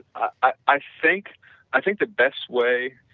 i think i think the best way